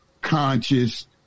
conscious